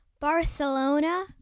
Barcelona